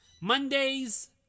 Mondays